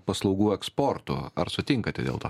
paslaugų eksportu ar sutinkate dėl to